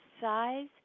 size